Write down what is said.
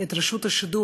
של רשות השידור,